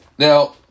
Now